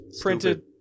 Printed